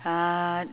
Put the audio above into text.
uh